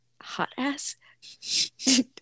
hot-ass